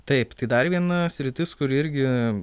taip tai dar viena sritis kuri irgi